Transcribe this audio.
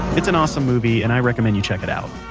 it's an awesome movie and i recommend you check it out.